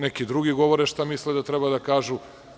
Neki govore šta misle da treba da kažu.